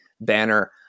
banner